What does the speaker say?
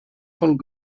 von